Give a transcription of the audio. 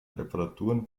reparaturen